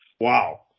Wow